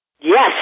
Yes